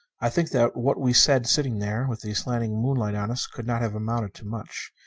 i think that what we said sitting there with the slanting moonlight on us, could not have amounted to much.